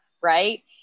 right